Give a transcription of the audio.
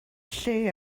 lle